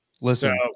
Listen